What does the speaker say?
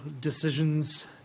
decisions